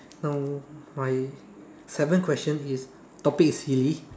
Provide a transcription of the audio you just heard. now my seventh question is topic is silly